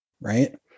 right